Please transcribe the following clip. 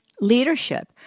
leadership